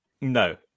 No